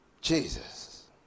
Jesus